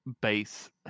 base